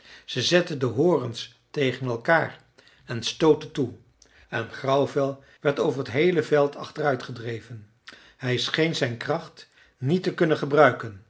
ze zetten de horens tegen elkaar en stootten toe en grauwvel werd over t heele veld achteruit gedreven hij scheen zijn kracht niet te kunnen gebruiken